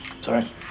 Sorry